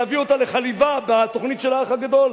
להביא אותה לחליבה בתוכנית "האח הגדול",